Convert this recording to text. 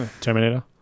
Terminator